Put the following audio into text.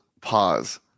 pause